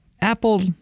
Apple